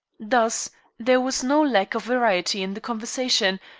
thus there was no lack of variety in the conversation,